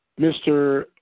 Mr